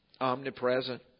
omnipresent